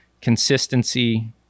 consistency